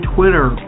Twitter